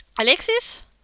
Alexis